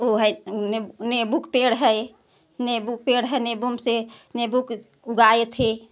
वो है ने नीबू का पेड़ है नीबू का पेड़ है नीबू म से नीबू के उगाए थे